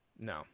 no